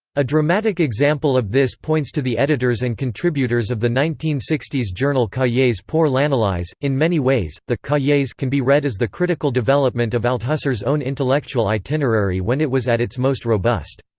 a dramatic example of this points to the editors and contributors of the nineteen sixty s journal cahiers pour l'analyse in many ways, the cahiers can be read as the critical development of althusser's own intellectual itinerary when it was at its most robust.